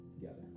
together